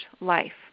life